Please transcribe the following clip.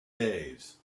days